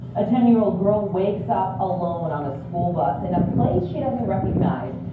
a ten year old girl walks up alone on school bus in a place she doesn't recognize.